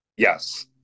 Yes